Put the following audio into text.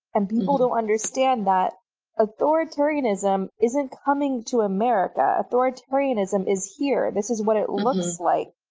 and people don't understand that authoritarianism isn't coming to america. authoritarianism is here. this is what it looks like.